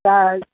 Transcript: સાલ